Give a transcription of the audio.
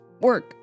work